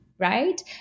right